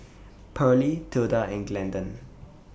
Pearlie Tilda and Glendon